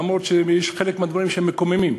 אף שחלק מהדברים מקוממים.